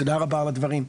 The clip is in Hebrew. תודה רבה על הדברים.